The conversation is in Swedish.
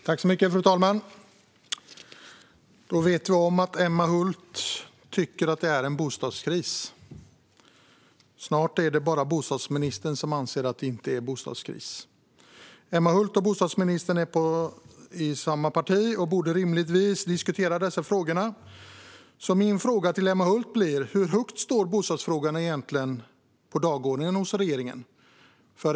Fru talman! Då vet vi att Emma Hult tycker att det är bostadskris. Snart är det bara bostadsministern som anser att det inte är bostadskris. Emma Hult och bostadsministern är i samma parti och borde rimligtvis diskutera dessa frågor, så min fråga till Emma Hult är: Hur högt står bostadsfrågan på dagordningen hos regeringen?